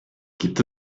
gibt